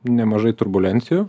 nemažai turbulencijų